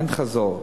אין חזור.